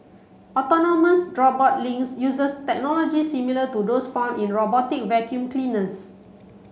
autonomous robot Lynx uses technology similar to those found in robotic vacuum cleaners